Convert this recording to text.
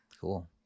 Cool